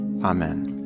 Amen